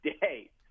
day